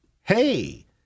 hey